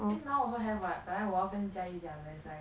I think now also have what 本来我要跟 jia yi 讲 there's like